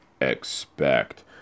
expect